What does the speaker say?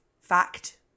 fact